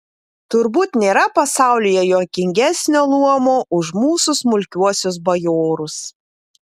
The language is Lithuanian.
turbūt nėra pasaulyje juokingesnio luomo už mūsų smulkiuosius bajorus